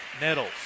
Nettles